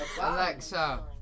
Alexa